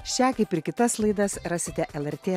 šią kaip ir kitas laidas rasite lrt